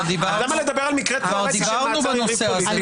לא מדבר על דברים